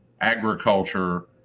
agriculture